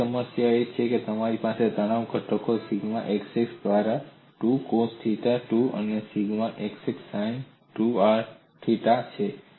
બીજી સમસ્યા એ છે કે તમારી પાસે તણાવ ઘટકો સિગ્મા xx દ્વારા 2 કોસ 2 થીટા અને સિગ્મા xx 2 સાઈન 2 થીટા છે